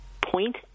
point